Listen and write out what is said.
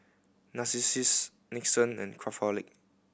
Narcissus Nixon and Craftholic